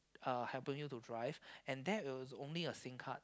uh helping you to drive and that is only a sim card